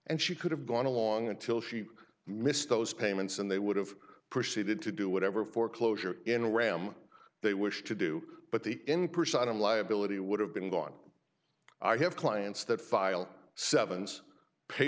and she could have gone along until she missed those payments and they would have proceeded to do whatever foreclosure in ram they wish to do but the end percent of liability would have been gone i have clients that file sevens pay